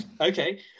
Okay